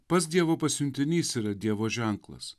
pats dievo pasiuntinys yra dievo ženklas